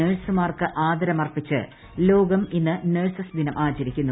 നഴ്സുമാർക്ക് ആദരമർപ്പിച്ച് ലോകം ഇന്ന് നഴ്സസ് ദിനം ആചരിക്കുന്നു